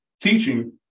teaching